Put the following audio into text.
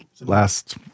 last